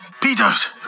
Peters